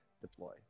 deploy